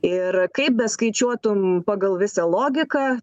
ir kaip beskaičiuotum pagal visą logiką